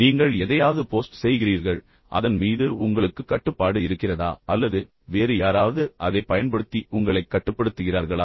நீங்கள் எதையாவது வைக்கிறீர்கள் ஆனால் அதன் மீது உங்களுக்கு கட்டுப்பாடு இருக்கிறதா அல்லது வேறு யாராவது அதைப் பயன்படுத்தி உங்களைக் கட்டுப்படுத்துகிறார்களா